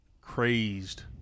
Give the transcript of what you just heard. crazed